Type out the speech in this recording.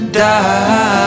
die